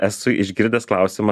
esu išgirdęs klausimą